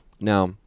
Now